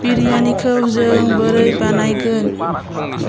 बिरियानिखौ जों बोरै बानायगोन